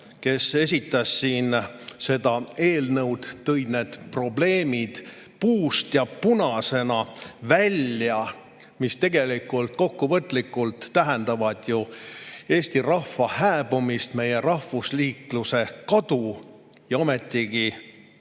kes esitles siin seda eelnõu, tõi need probleemid puust ja punasena välja, mis tegelikult kokkuvõtlikult tähendavad ju eesti rahva hääbumist, meie rahvusriikluse kadu. Ometigi Eesti